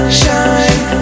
shine